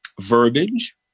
verbiage